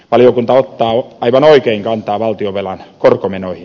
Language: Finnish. valiokunta ottaa aivan oikein kantaa valtionvelan korkomenoihin